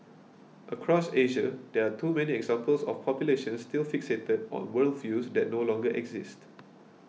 across Asia there are too many examples of populations still fixated on worldviews that no longer exist